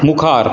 मुखार